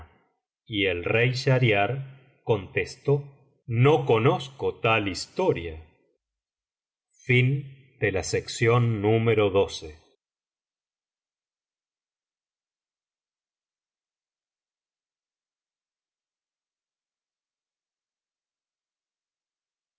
y el rey schahriar contestó no conozco tal historia